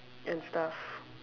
and stuff